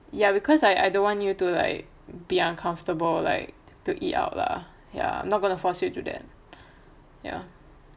ya because I don't want you to like be uncomfortable like to eat out lah ya I'm not going to force you to do that ya